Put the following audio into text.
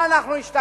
מה, אנחנו השתגענו?